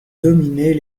dominait